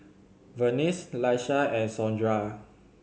Venice Laisha and Sondra